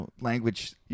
language